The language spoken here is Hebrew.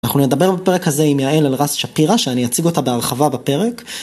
אנחנו נדבר בפרק הזה עם יעל אלרז שפירא, שאני אציג אותה בהרחבה בפרק.